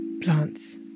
plants